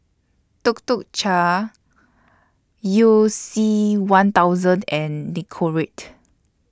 Tuk Tuk Cha YOU C one thousand and Nicorette